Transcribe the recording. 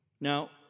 Now